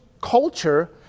culture